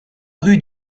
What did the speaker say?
rue